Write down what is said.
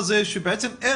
בצל משבר הקורונה